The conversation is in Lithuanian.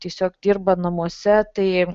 tiesiog dirba namuose tai